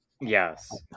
Yes